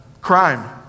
crime